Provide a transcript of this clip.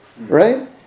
Right